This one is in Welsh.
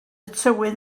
tywydd